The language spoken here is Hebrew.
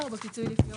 או בשמו של המבצע משב